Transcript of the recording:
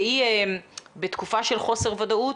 והיא בתקופה של חוסר ודאות,